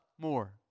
more